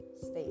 State